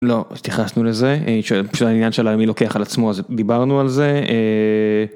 לא התייחסנו לזה, פשוט העניין שלה מי לוקח על עצמו, דיברנו על זה.